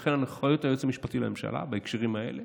ולכן הנחיית היועץ המשפטי לממשלה בהקשרים האלה